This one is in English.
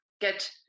get